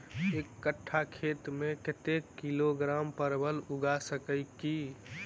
एक कट्ठा खेत मे कत्ते किलोग्राम परवल उगा सकय की??